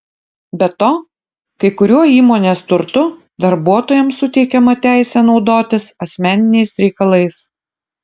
be to kai kuriuo įmonės turtu darbuotojams suteikiama teisė naudotis asmeniniais reikalais